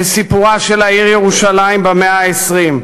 וסיפורה של העיר ירושלים במאה ה-20,